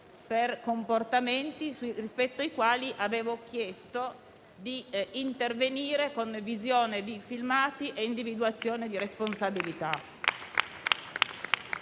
per comportamenti rispetto ai quali avevo chiesto di intervenire con visione di filmati e individuazione di responsabilità.